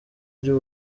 ry’u